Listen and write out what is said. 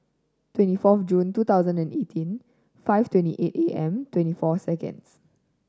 twenty four June two thousand and eighteen five twenty eight A M twenty four seconds